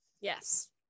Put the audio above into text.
Yes